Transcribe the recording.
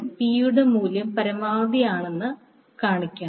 P യുടെ മൂല്യം പരമാവധി ആണെന്ന് കാണിക്കണം